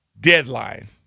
deadline